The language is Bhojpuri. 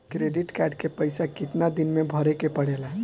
क्रेडिट कार्ड के पइसा कितना दिन में भरे के पड़ेला?